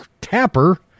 Tapper